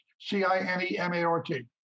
C-I-N-E-M-A-R-T